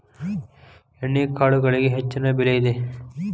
ಎಣ್ಣಿಕಾಳುಗಳಿಗೆ ಹೆಚ್ಚಿನ ಬೆಲೆ ಇದೆ